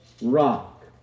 rock